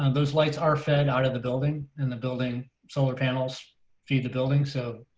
and those lights are fed out of the building and the building solar panels feed the building. so,